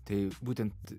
tai būtent